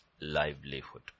livelihood